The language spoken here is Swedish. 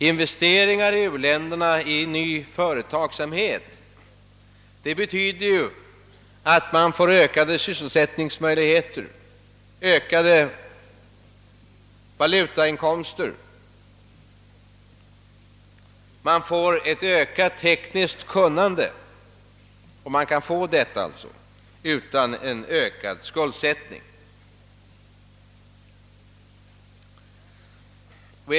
Investeringar i u-länderna i ny företagsamhet betyder ökade sysselsättningsmöjligheter, höjda valutainkomster samt ökat tekniskt kunnande — och detta utan en ökning av skuldsättningen.